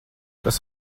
tas